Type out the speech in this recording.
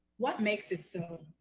what makes it so,